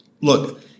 look